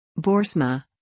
Borsma